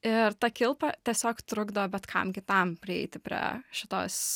ir ta kilpa tiesiog trukdo bet kam kitam prieiti prie šitos